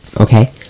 Okay